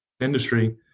industry